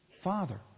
Father